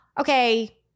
okay